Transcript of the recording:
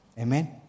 Amen